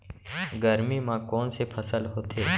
गरमी मा कोन से फसल होथे?